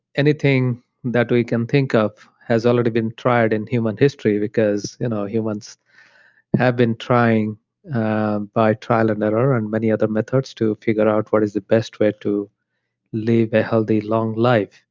anything that we can think of has already been tried in human history because you know humans have been trying by trial and error and many other methods to figure out what is the best way to live a healthy long life.